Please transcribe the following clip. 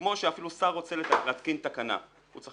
שכמו שאפילו שר רוצה להתקין תקנה הוא צריך